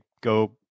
go